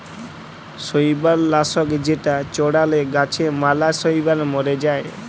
শৈবাল লাশক যেটা চ্ড়ালে গাছে ম্যালা শৈবাল ম্যরে যায়